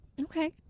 Okay